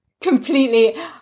Completely